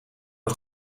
een